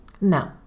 No